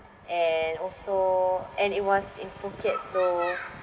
and also and it was in Phuket so